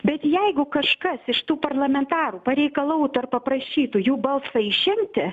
bet jeigu kažkas iš tų parlamentarų pareikalautų ar paprašytų jų balsą išimti